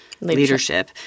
Leadership